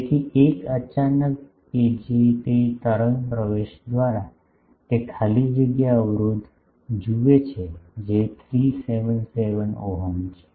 તેથી 1 અચાનક કે જે તે તરંગ પ્રવેશ દ્વારા તે ખાલી જગ્યા અવરોધ જુએ છે જે 377 ઓહમ છે